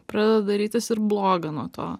pradeda darytis ir bloga nuo to